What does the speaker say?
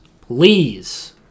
please